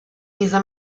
rimise